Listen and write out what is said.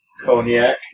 cognac